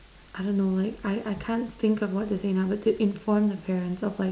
I don't know like I I can't think of what to say now but to inform the parents of like